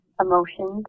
emotions